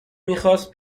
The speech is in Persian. میخواست